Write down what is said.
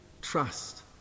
trust